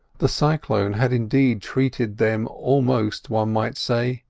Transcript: the cyclone had indeed treated them almost, one might say,